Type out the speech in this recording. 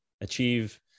achieve